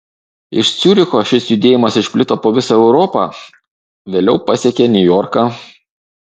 iš ciuricho šis judėjimas išplito po visą europą vėliau pasiekė niujorką